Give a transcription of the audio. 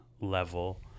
level